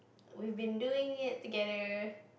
we've been doing it together